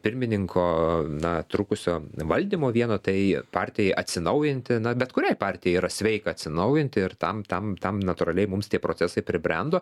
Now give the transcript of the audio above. pirmininko na trukusio valdymo vieno tai partijai atsinaujinti na bet kuriai partijai yra sveika atsinaujinti ir tam tam tam natūraliai mums tie procesai pribrendo